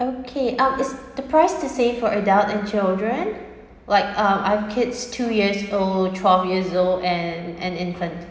okay um is the price the same for adult and children like uh I've kids two years old twelve years old and an infant